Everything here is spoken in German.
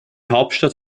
hauptstadt